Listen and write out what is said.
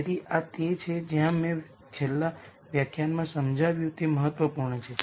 તેથી આ તે છે જ્યાં મેં છેલ્લા વ્યાખ્યાનમાં સમજાવ્યું તે મહત્વપૂર્ણ છે